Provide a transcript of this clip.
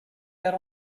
that